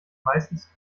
meistens